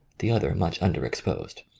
the other much under exposed.